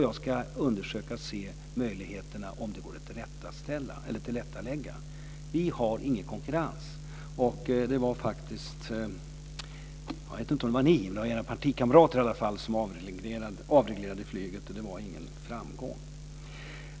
Jag ska undersöka möjligheterna att tillrättalägga det. Vi har ingen konkurrens. Det var era partikamrater som avreglerade flyget, och det var ingen framgång.